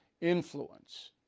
influence